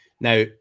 now